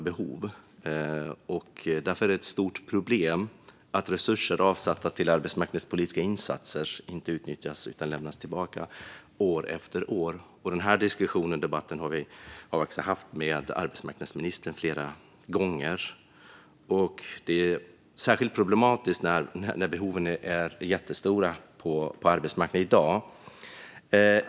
Det är därför ett stort problem att resurser avsatta för arbetsmarknadspolitiska insatser inte utnyttjas utan lämnas tillbaka, år efter år. Denna diskussion och debatt har vi också haft med arbetsmarknadsministern flera gånger. Det är särskilt problematiskt eftersom behoven på arbetsmarknaden är jättestora i dag.